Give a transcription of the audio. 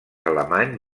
alemany